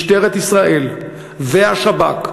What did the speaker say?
משטרת ישראל והשב"כ,